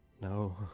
No